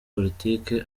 politiki